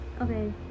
Okay